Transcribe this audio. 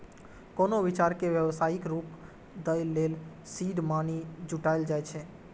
कोनो विचार कें व्यावसायिक रूप दै लेल सीड मनी जुटायल जाए छै